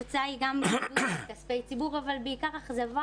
התוצאה היא גם בזבוז של כספי ציבור אבל בעיקר אכזבה